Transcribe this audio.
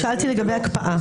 שאלתי לגבי הקפאה.